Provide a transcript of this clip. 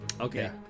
Okay